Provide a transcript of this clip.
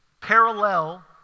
parallel